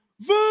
Voodoo